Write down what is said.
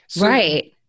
Right